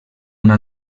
una